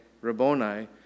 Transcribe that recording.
Rabboni